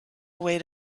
way